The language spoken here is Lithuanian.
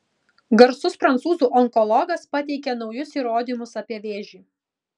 garsus prancūzų onkologas pateikia naujus įrodymus apie vėžį